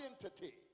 identity